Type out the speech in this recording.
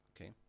Okay